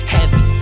Heavy